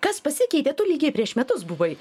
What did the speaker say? kas pasikeitė tu lygiai prieš metus buvai